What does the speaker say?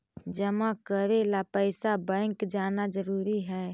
जमा करे ला पैसा बैंक जाना जरूरी है?